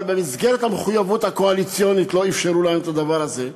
אבל במסגרת המחויבויות הקואליציוניות לא אפשרו להם את הדבר הזה,